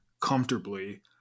comfortably